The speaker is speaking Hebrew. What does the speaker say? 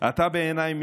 אתה בעיניי,